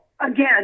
again